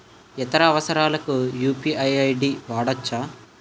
ఇతర అవసరాలకు UPI ID వాడవచ్చా?